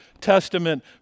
Testament